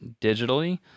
digitally